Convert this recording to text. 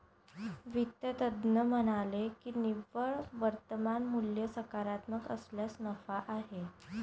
वित्त तज्ज्ञ म्हणाले की निव्वळ वर्तमान मूल्य सकारात्मक असल्यास नफा आहे